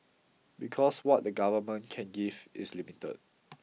because what the government can give is limited